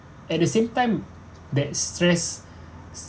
at the same time that stress